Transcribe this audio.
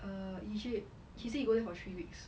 err egypt he said he go there for three weeks